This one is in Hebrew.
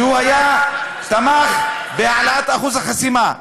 שהוא תמך בהעלאת אחוז החסימה.